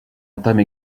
entame